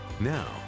Now